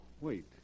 wait